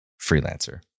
freelancer